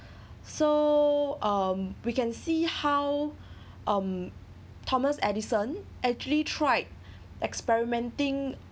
so um we can see how um thomas edison actually tried experimenting